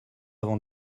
avant